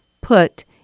Put